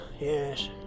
yes